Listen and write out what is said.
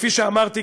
כפי שאמרתי,